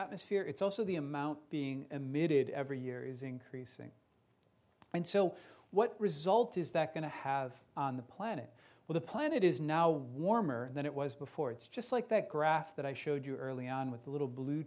atmosphere it's also the amount being emitted every year is increasing and so what result is that going to have on the planet where the planet is now warmer than it was before it's just like that graph that i showed you early on with the little blue